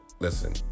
Listen